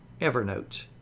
Evernote